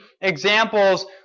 examples